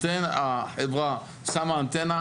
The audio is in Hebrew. החברה שמה אנטנה,